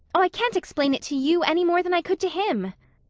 oh, i can't explain it to you any more than i could to him.